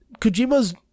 Kojima's